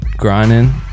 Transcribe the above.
Grinding